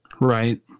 Right